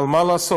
אבל מה לעשות,